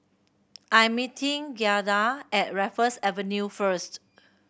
I'm meeting Giada at Raffles Avenue first